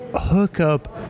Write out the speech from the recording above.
hookup